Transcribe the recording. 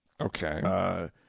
Okay